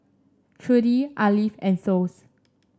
Trudie Arleth and Thos